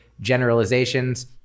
generalizations